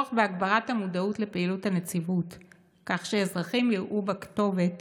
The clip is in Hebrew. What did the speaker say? הצורך בהגברת המודעות לפעילות הנציבות כך שאזרחים יראו בה כתובת